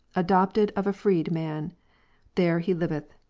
adopted of a freed man there he liveth.